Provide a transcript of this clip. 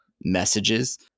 messages